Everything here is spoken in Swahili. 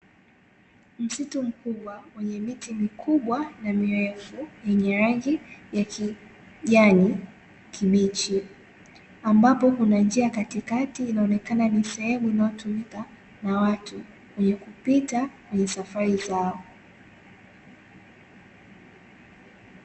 Msitu mkubwa wenye miti mikubwa na mirefu yenye rangi ya kijani kibichi, ambapo kuna njia katikati inaonekana ni sehemu inayotumika na watu wenye kupita kwenye safari zao.